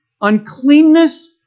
uncleanness